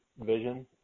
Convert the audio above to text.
vision